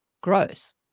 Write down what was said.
grows